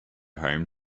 home